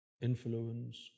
influence